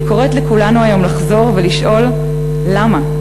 אני קוראת לכולנו היום לחזור ולשאול "למה?"